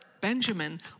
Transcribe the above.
Benjamin